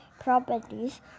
properties